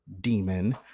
demon